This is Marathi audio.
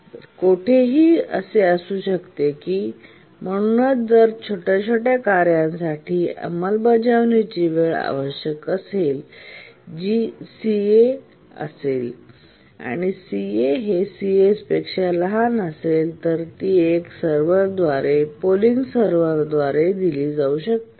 तर हे कोठेही असू शकते आणि म्हणूनच जर छोट्या छोट्या कार्यासाठी अंमलबजावणीची वेळ आवश्यक असेल जी Ca आणि Ca Cs असेल तर ती एका सर्व्हर द्वारे पोलिंग सर्व्हर द्वारे दिली जाऊ शकते